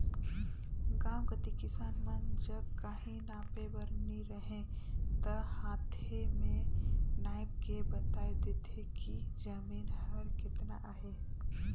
गाँव कती किसान मन जग काहीं नापे बर नी रहें ता हांथे में नाएप के बताए देथे कि जमीन हर केतना अहे